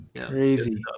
Crazy